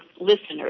listeners